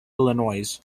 illinois